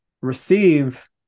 receive